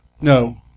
No